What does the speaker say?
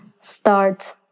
start